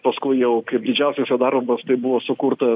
paskui jau kaip didžiausias jo darbas tai buvo sukurta